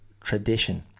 tradition